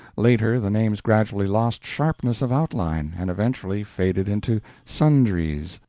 later the names gradually lost sharpness of outline, and eventually faded into sundries,